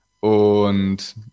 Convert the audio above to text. Und